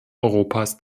europas